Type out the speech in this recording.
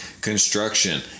construction